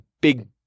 big